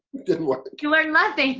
didn't work! you learned